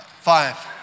Five